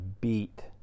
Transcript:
beat